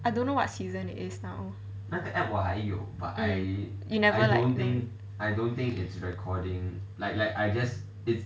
I don't know what season it is now you never like